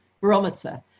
Barometer